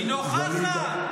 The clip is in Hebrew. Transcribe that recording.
היא נוכחת.